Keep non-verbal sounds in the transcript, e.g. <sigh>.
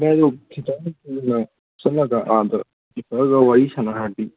<unintelligible> ꯆꯠꯂꯒ ꯑꯥꯗ ꯄ꯭ꯔꯤꯟꯁꯤꯄꯥꯜꯒ ꯋꯥꯔꯤ ꯁꯥꯔꯗꯤ